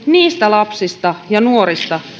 niistä lapsista ja nuorista